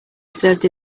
served